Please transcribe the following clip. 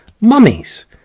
mummies